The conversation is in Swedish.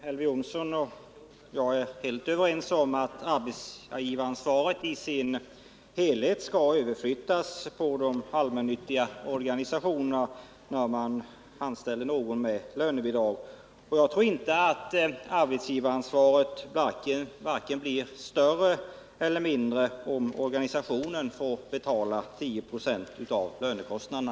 Herr talman! Elver Jonsson och jag är helt överens om att arbetsgivaransvaret i sin helhet skall överflyttas på de allmännyttiga organisationerna när man anställer någon med lönebidrag. Jag tror inte att arbetsgivaransvaret blir vare sig större eller mindre om organisationen får betala 10 96 av lönekostnaderna.